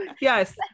Yes